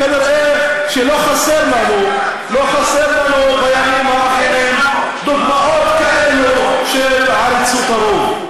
כנראה לא חסרות לנו בימים האחרונים דוגמאות כאלה של עריצות הרוב.